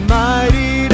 mighty